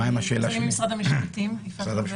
אני ממשרד המשפטים.